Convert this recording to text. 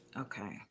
Okay